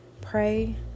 Pray